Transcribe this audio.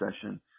session